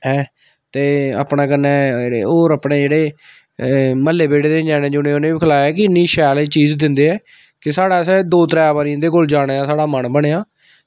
ऐ ते अपने कन्नै होर अपने जेह्ड़े म्हल्ले बेह्ड़े दे ञ्यानें नुआनें उ'नेंगी बी खलाया कि इन्नी शैल एह् चीज़ दिंदे ऐ केह् साढ़ा असें दो त्रै बारी इं'दे कोल जाने दा साढ़ा मन बनेआ